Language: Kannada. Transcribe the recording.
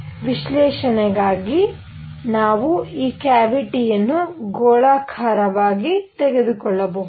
ವಿಶ್ಲೇಷಣೆಗಾಗಿ ನಾವು ಈ ಕ್ಯಾವಿಟಿಯನ್ನು ಗೋಳಾಕಾರವಾಗಿ ತೆಗೆದುಕೊಳ್ಳಬಹುದು